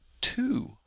two